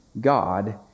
God